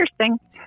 interesting